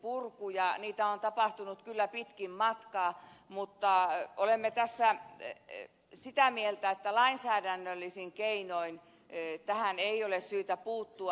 niitä on tapahtunut kyllä pitkin matkaa mutta olemme tässä sitä mieltä että lainsäädännöllisin keinoin tähän ei ole syytä puuttua